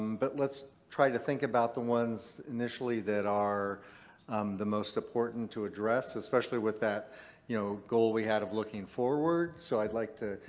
but let's try to think about the ones initially that are the most important to address, especially with that you know goal we had of looking forward. so i'd like to,